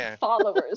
followers